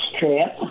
trip